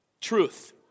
truth